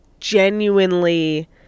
genuinely